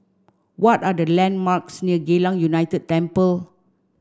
what are the landmarks near Geylang United Temple